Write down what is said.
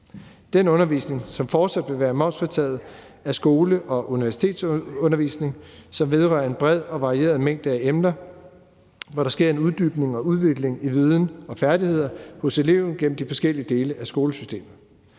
Den undervisning, som fortsat vil være momsfritaget, er skole- og universitetetsundervisning, som vedrører en bred og varieret mængde af emner, hvor der sker en uddybning og udvikling i viden og færdigheder hos eleven gennem de forskellige dele af skolesystemet.